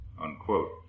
Unquote